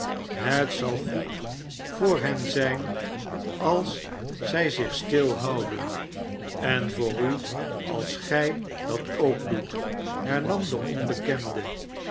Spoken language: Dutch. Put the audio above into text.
shet zal goed voor hen zijn als zij zich stil houden en voor u als gij dat ook doet hernam de onbekende